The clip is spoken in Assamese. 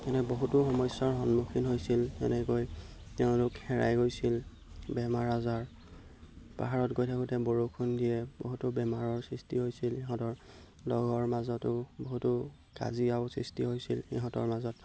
এনে বহুতো সমস্যাৰ সন্মুখীন হৈছিল যেনেকৈ তেওঁলোক হেৰাই গৈছিল বেমাৰ আজাৰ পাহাৰত গৈ থাকোঁতে বৰষুণ দিয়ে বহুতো বেমাৰৰ সৃষ্টি হৈছিল সিহঁতৰ লগৰ মাজতো বহুতো কাজিয়াও সৃষ্টি হৈছিল ইহঁতৰ মাজত